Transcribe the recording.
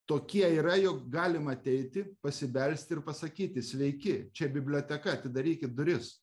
tokie yra jog galima ateiti pasibelsti ir pasakyti sveiki čia biblioteka atidarykit duris